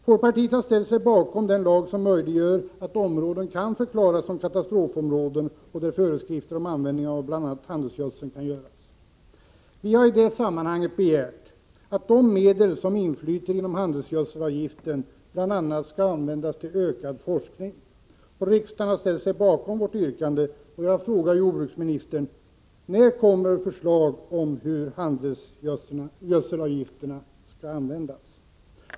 Folkpartiet har ställt sig bakom den lag som gör det möjligt att förklara vissa områden som katastrofområden beträffande vilka föreskrifter om användningen av bl.a. handelsgödsel kan ges. Vi har i det sammanhanget begärt att de medel som inflyter genom handelsgödselavgiften bl.a. skall användas till ökad forskning. Riksdagen har ställt sig bakom vårt yrkande. Jag frågar således jordbruksministern: När kommer det förslag om hur handelsgödselavgifterna skall användas?